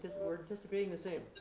we're anticipating the same.